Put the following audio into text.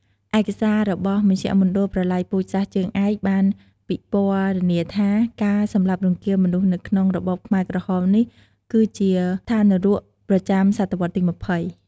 ឯកសាររបស់មជ្ឈមណ្ឌលប្រល័យពូជសាសន៍ជើងឯក បានពិពណ៌នាថា ការសម្លាប់រង្គាលមនុស្សនៅក្នុងរបបខ្មែរក្រហមនេះ គឺជាឋាននរកប្រចាំសតវត្សរ៍ទី២០។